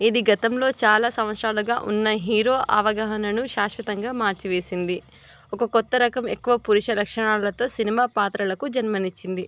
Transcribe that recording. ఇది గతంలో చాలా సంవత్సరాలుగా ఉన్న హీరో అవగాహనను శాశ్వతంగా మార్చివేసింది ఒక కొత్త రకం ఎక్కువ పురుష లక్షణాలతో సినిమా పాత్రలకు జన్మనిచ్చింది